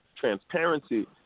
transparency